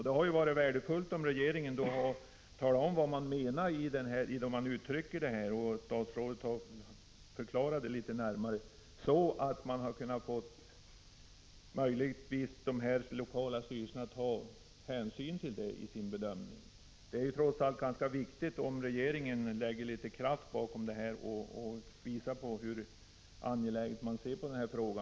Det hade varit värdefullt om regeringen hade talat om vad som menas med detta uttryck och om statsrådet hade förklarat närmare, så att man möjligtvis hade kunnat förmå de lokala styrelserna att ta hänsyn till det i sin bedömning. — Prot. 1985/86:50 Det hade varit värdefullt om regeringen lagt kraft bakom orden och visat hur — 12 december 1985 allvarligt man ser på dessa frågor.